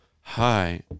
Hi